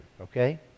okay